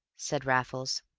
said raffles,